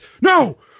No